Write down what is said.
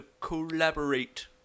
collaborate